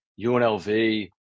UNLV